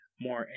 more